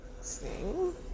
sing